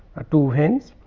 ah to hence,